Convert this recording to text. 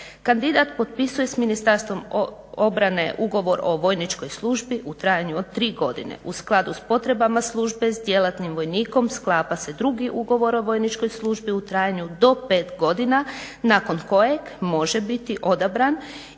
Kandidat potpisuje s Ministarstvom obrane ugovor o vojničkoj službi u trajanju od 3 godine. U skladu s potrebama službe s djelatnim vojnikom sklapa se drugi ugovor o vojničkoj službi u trajanju do 5 godina, nakon kojeg može biti odabran